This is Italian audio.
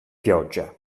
pioggia